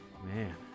man